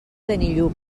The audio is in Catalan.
benillup